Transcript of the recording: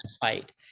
fight